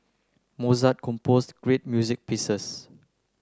Mozart composed great music pieces